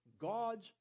God's